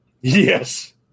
Yes